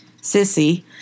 Sissy